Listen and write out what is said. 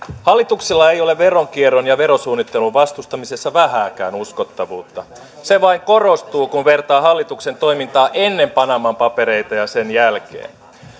hallituksella ei ole veronkierron ja verosuunnittelun vastustamisessa vähääkään uskottavuutta se vain korostuu kun vertaa hallituksen toimintaa ennen panaman papereita ja sen jälkeen